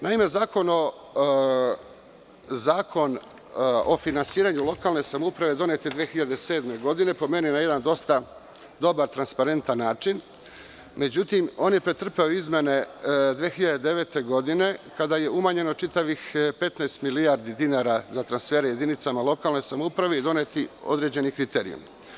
Naime, Zakon o finansiranju lokalne samouprave donet je 2007. godine, po meni na jedan dosta dobar transparentan način, međutim, on je pretrpeo izmene 2009. godine kada je umanjeno čitavih 15 milijardi dinara za transfere jedinicama lokalne samouprave i doneti su određeni kriterijumi.